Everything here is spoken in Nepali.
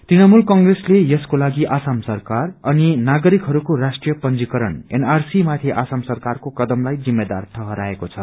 तृणमूल कंग्रेसले यसको लागि आसाम सरकार अनि नागरिकहरूले राष्ट्रिय पंजीकरण माथि आसाम सरकारको कदमलाई जिम्मेवार ठहराएको छ